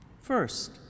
First